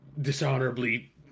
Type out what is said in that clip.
dishonorably